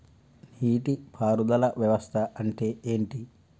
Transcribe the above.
నీటి పారుదల వ్యవస్థ అంటే ఏంటి?